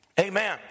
Amen